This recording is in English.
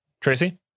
Tracy